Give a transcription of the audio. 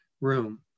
room